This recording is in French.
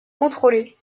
contrôler